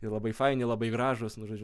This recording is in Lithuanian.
ir labai faini labai gražūs nu žodžiu